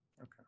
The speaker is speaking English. Okay